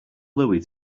louie